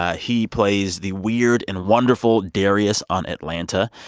ah he plays the weird and wonderful darius on atlanta.